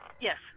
Yes